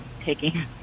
taking